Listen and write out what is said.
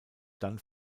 dann